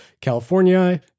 California